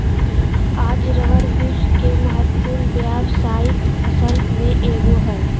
आज रबर विश्व के महत्वपूर्ण व्यावसायिक फसल में एगो हइ